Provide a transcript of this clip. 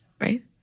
right